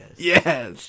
Yes